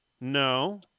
no